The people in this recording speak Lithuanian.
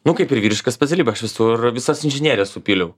nu kaip ir vyriška specialybė aš visur visas inžinerijas supyliau